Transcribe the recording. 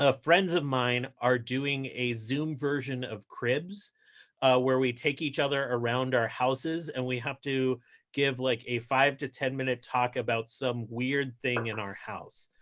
ah friends of mine are doing a zoom version of cribs where we take each other around our houses. and we have to give like a five to ten minute talk about some weird thing in our house.